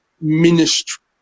ministry